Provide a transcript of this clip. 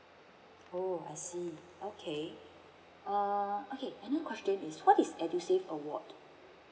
oh I see okay um okay another question is what is edusave award